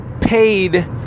paid